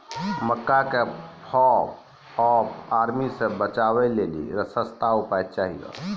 मक्का के fall of army से बचाबै लेली सस्ता उपाय चाहिए?